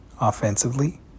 offensively